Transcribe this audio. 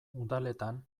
udaletan